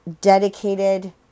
dedicated